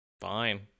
Fine